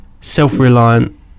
self-reliant